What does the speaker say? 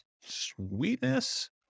Sweetness